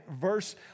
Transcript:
Verse